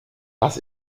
das